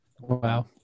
Wow